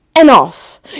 enough